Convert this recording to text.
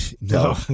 No